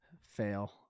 fail